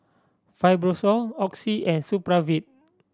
Fibrosol Oxy and Supravit